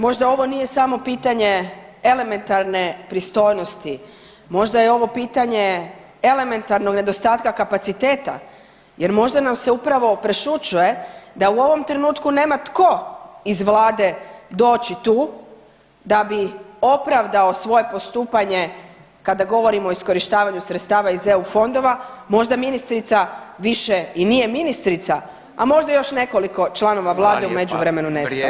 Možda ovo nije samo pitanje elementarne pitanje, možda je ovo pitanje elementarnog nedostatka kapaciteta jer možda nam se upravo prešućuje da u ovom trenutku nema tko iz Vlade doći tu da bi opravdao svoje postupanje kada govorimo o iskorištavanju sredstava iz eu fondova, možda ministrica više i nije ministrica, a možda još nekoliko članova vlade [[Upadica Radin: Hvala lijepa, vrijeme.]] je u međuvremenu nestalo.